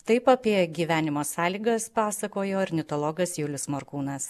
taip apie gyvenimo sąlygas pasakojo ornitologas julius morkūnas